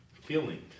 feeling